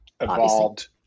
evolved